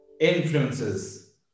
influences